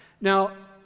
Now